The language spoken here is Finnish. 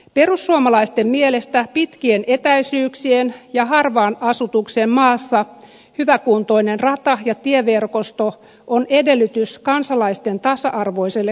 perussuomalaisten mielestä pitkien etäisyyksien ja harvan asutuksen maassa hyväkuntoinen rata ja tieverkosto on edellytys kansalaisten tasa arvoiselle kohtelulle